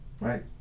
right